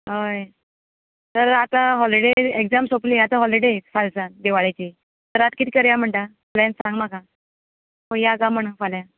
हय तर आतां हाॅलीडे एक्जाम सोंपली आतां हाॅलीडे फाल्यांच्यान दिवाळेची तर आत कितें करया म्हणटा प्लेन सांग म्हाका खंय या कांय म्हण फाल्यां